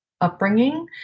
upbringing